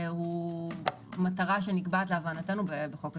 הוא מטרה שנקבעת להבנתנו בחוק הזיכיון.